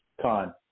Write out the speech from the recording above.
Con